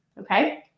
okay